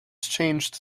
changed